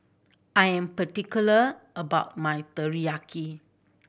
I am particular about my Teriyaki